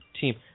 team